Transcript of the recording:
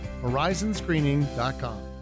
Horizonscreening.com